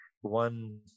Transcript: one